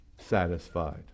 satisfied